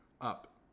up